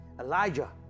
Elijah